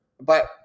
But-